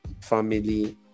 family